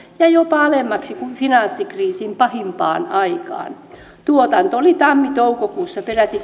ja ja jopa alemmaksi kuin finanssikriisin pahimpaan aikaan tuotanto oli tammi toukokuussa peräti